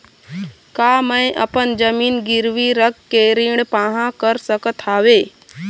का मैं अपन जमीन गिरवी रख के ऋण पाहां कर सकत हावे?